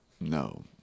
no